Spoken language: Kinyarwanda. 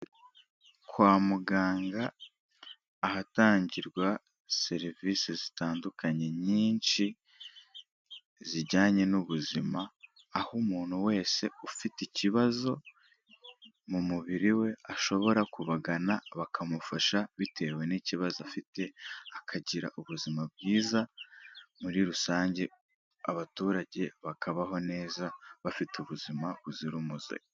Kwa muganga ahatangirwa serivise zitandukanye nyinshi, zijyanye n'ubuzima aho umuntu wese ufite ikibazo mu mubiri we ashobora kubagana bakamufasha bitewe n'ikibazo afite, akagira ubuzima bwiza muri rusange abaturage bakabaho neza bafite ubuzima buzira umuze.